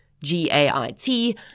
G-A-I-T